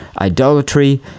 idolatry